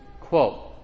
Quote